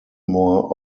more